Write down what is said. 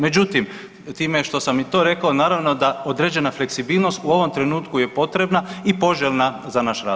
Međutim, time što sam i to rekao naravno da određena fleksibilnost u ovom trenutku je potrebna i poželjna za naš razvoj.